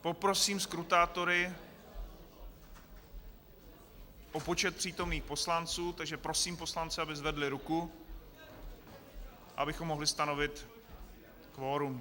Poprosím skrutátory o počet přítomných poslanců, takže prosím poslance, aby zvedli ruku, abychom mohli stanovit kvorum.